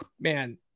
man